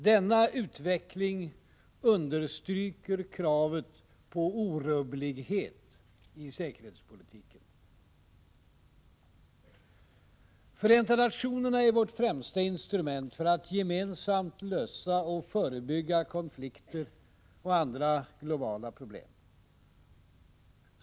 Denna utveckling understryker kravet på orubblighet i säkerhetspolitiken. Förenta nationerna är vårt främsta instrument för att gemensamt lösa och förebygga konflikter och andra globala problem.